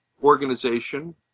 organization